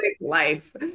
life